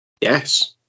Yes